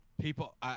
People